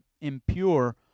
impure